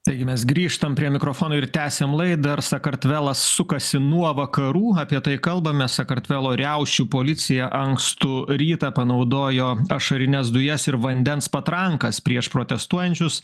taigi mes grįžtam prie mikrofono ir tęsiam laidą ar sakartvelas sukasi nuo vakarų apie tai kalbame sakartvelo riaušių policija ankstų rytą panaudojo ašarines dujas ir vandens patrankas prieš protestuojančius